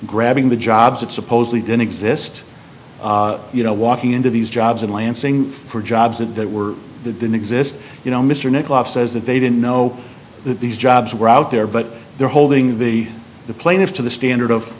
grabbing the jobs that supposedly didn't exist you know walking into these jobs in lansing for jobs that they were the didn't exist you know mr nicholas says that they didn't know that these jobs were out there but they're holding the the plaintiff to the standard of